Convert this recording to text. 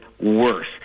worse